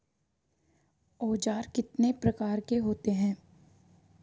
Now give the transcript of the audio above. औज़ार कितने प्रकार के होते हैं?